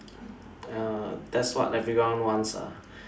err that's what everyone wants ah